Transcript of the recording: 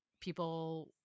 people